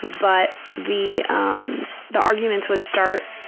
but the um the arguments would start,